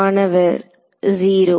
மாணவர் 0